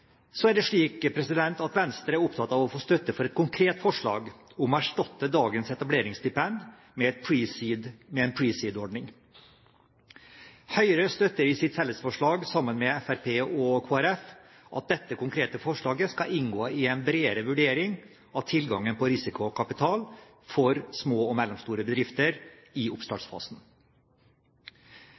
Så er det slik at Venstre er opptatt å få støtte for et konkret forslag om å erstatte dagens etableringsstipend med en «pre-seed»-ordning. Høyre støtter i sitt fellesforslag med Fremskrittspartiet og Kristelig Folkeparti at dette konkrete forslaget skal inngå i en bredere vurdering av tilgangen på risikokapital for små og mellomstore bedrifter i